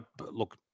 look